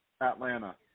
Atlanta